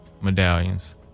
medallions